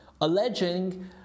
alleging